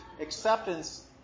acceptance